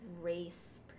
race